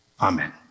Amen